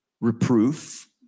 reproof